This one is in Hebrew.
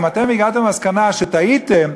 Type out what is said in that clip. אם הגעתם למסקנה שטעיתם,